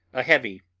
a heavy,